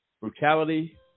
brutality